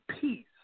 peace